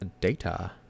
data